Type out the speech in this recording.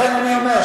לכן אני אומר,